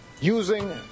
using